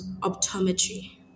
optometry